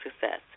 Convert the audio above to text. Success